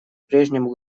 прежнему